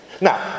Now